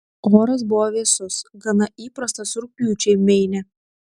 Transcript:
oras buvo vėsus gana įprastas rugpjūčiui meine